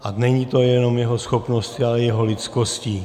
A není to jenom jeho schopnostmi, ale jeho lidskostí.